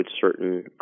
certain